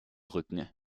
rücken